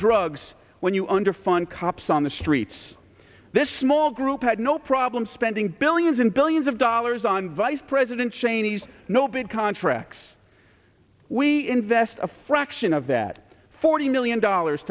drugs when you underfund cops on the streets this small group had no problem spending billions and billions of dollars on vice president cheney's no bid contracts we invest a fraction of that forty million dollars